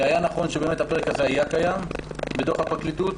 היה נכון שהפרק הזה היה קיים בדוח הפרקליטות